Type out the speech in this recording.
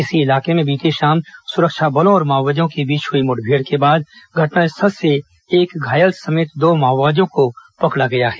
इसी इलाके में बीती शाम सुरक्षा बलों और माओवादियों के बीच हुई मुठभेड़ के बाद घटनास्थल से एक घायल समेत दो माओवादियों को पकड़ा गया है